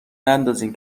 نندازین